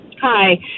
Hi